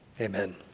amen